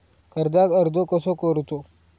कर्जाक अर्ज कसो करूचो?